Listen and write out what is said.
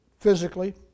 physically